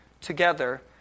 together